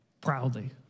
proudly